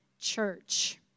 church